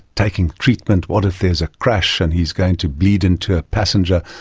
taking treatment, what if there is a crash and he's going to bleed into a passenger.